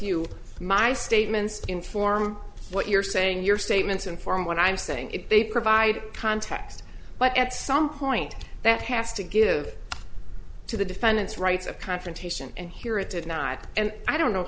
you my statements to inform what you're saying your statements and for what i'm saying they provide context but at some point that has to give to the defendant's rights a confrontation and here it did not and i don't know